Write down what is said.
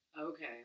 Okay